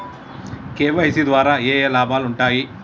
KYC ద్వారా ఏఏ లాభాలు ఉంటాయి?